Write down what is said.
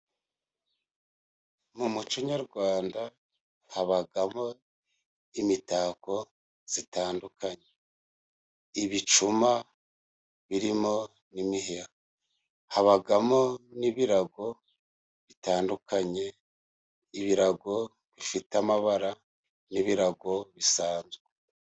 Mu mucyo nyarwanda habamo imitako itandukanye; ibicuma birimo n'imiheha, habamo n'ibirago bitandukanye, ibirago bifite amabara n'ibirago bisanzwe.